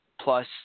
plus